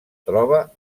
troba